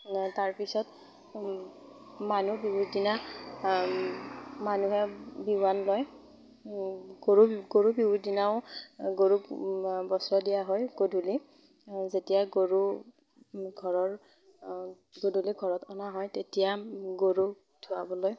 তাৰপিছত মানুহ বিহুৰ দিনা মানুহে বিহুৱান লয় গৰু গৰু বিহুৰ দিনাও গৰুক বস্ত্ৰ দিয়া হয় গধূলি যেতিয়া গৰু ঘৰৰ গধূলি ঘৰত অনা হয় তেতিয়া গৰুক ধোৱাবলৈ